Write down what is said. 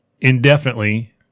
indefinitely